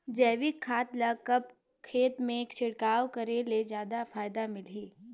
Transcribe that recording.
जैविक खाद ल कब खेत मे छिड़काव करे ले जादा फायदा मिलही?